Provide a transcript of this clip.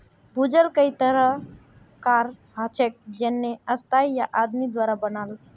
भूजल कई तरह कार हछेक जेन्ने स्थाई या आदमी द्वारा बनाल